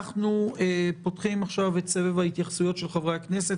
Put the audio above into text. אנחנו פותחים עכשיו את סבב ההתייחסויות של חברי הכנסת.